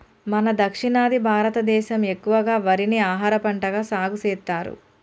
మన దక్షిణాది భారతదేసం ఎక్కువగా వరిని ఆహారపంటగా సాగుసెత్తారు